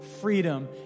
freedom